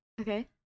Okay